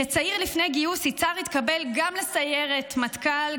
כצעיר לפני גיוס יצהר התקבל גם לסיירת מטכ"ל,